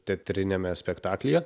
teatriniame spektaklyje